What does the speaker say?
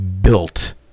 built